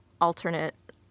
alternate